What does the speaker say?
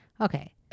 okay